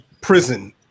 Prison